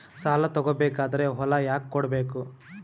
ಸಾಲ ತಗೋ ಬೇಕಾದ್ರೆ ಹೊಲ ಯಾಕ ಕೊಡಬೇಕು?